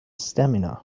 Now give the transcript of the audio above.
stamina